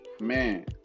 Man